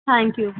thank you